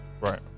right